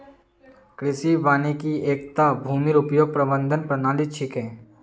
कृषि वानिकी एकता भूमिर उपयोग प्रबंधन प्रणाली छिके